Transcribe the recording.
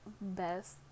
best